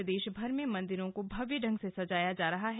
प्रदेशभर में मंदिरों को भव्य ढंग से सजाया जा रहा है